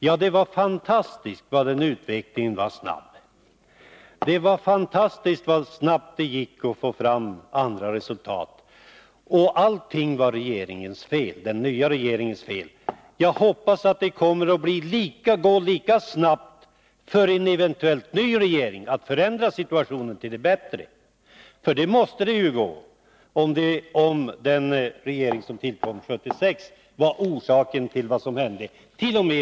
Ja, det var fantastiskt vad den utvecklingen var snabb! Det var fantastiskt så snabbt det gick att få fram andra resultat — och allting var den nya regeringens fel. Jag hoppas att det kommer att gå lika snabbt för en eventuell ny regering att förändra situationen till det bättre. Det måste det ju göra, om den regering som tillkom 1976 var orsak till vad som hände —t.o.m.